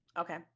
Okay